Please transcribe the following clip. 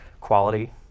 quality